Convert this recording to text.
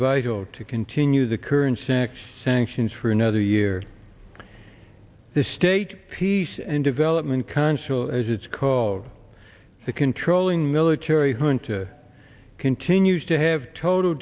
vital to continue the current saxe sanctions for another year the state peace and development council as it's called the controlling military junta continues to have total